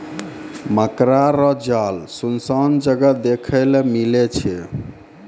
मकड़ा रो जाल सुनसान जगह देखै ले मिलै छै